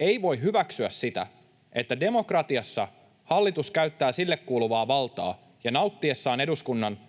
ei voi hyväksyä sitä, että demokratiassa hallitus käyttää sille kuuluvaa valtaa ja nauttiessaan eduskunnan